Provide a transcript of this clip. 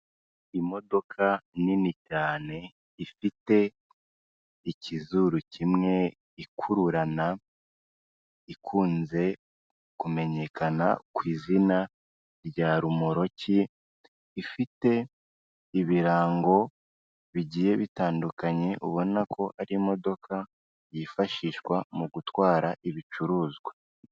Imodoka nini cyane ifite ikizuru kimwe ikururana, ikunze kumenyekana ku izina rya rumoroki, ifite ibirango bigiye bitandukanye ubona ko ari imodoka yifashishwa mu gutwara ibicuruzwa.